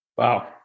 Wow